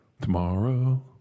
Tomorrow